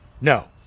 No